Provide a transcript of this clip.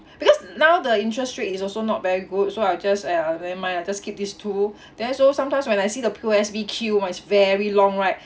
because now the interest rate is also not very good so I just !aiya! never mind lah just keep these two then also sometimes when I see the P_O_S_B queue was very long right